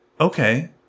Okay